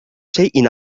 شيء